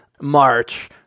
March